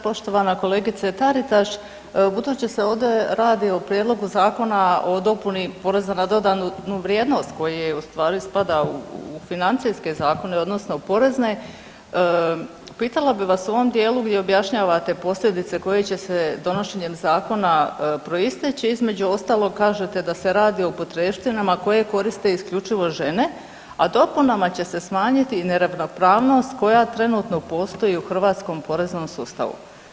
Poštovana kolegice Taritaš, budući se ovdje radi o prijedlogu Zakona o dopuni poreza na dodanu vrijednost koji je u stvari spada u financijske zakone odnosno u porezne upitala bi vas u ovom dijelu gdje objašnjavate posljedice koje će se donošenjem zakona proisteći, između ostalog kažete da se radi o potrepštinama koje koriste isključivo žene, a dopunama će se smanjiti i neravnopravnost koja trenutno postoji u hrvatskom poreznom sustavu.